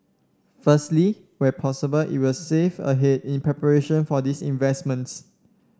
firstly where possible it will save ahead in preparation for these investments